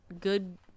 Good